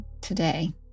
today